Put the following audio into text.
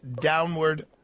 downward